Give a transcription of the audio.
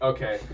Okay